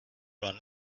run